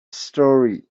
story